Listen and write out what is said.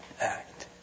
act